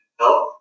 help